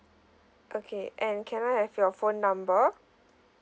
okay and can I have your phone number